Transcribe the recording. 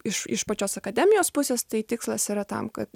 iš iš pačios akademijos pusės tai tikslas yra tam kad